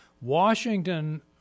Washington